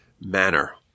manner